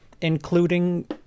including